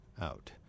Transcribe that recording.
out